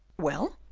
well!